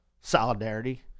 Solidarity